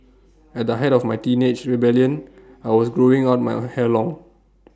at the height of my teenage rebellion I was growing out my hair long